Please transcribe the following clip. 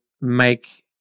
make